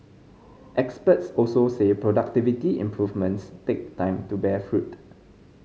experts also say productivity improvements take time to bear fruit